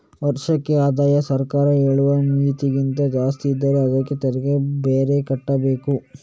ವಾರ್ಷಿಕ ಆದಾಯ ಸರ್ಕಾರ ಹೇಳುವ ಮಿತಿಗಿಂತ ಜಾಸ್ತಿ ಇದ್ರೆ ಅದ್ಕೆ ತೆರಿಗೆ ಬೇರೆ ಕಟ್ಬೇಕು